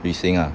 旅行啊